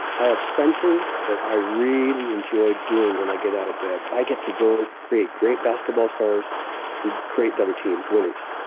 i have something that i really enjoy doing when i get out of bed. i get to go create great basketball stars and create the other team's winners.